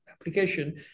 application